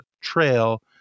trail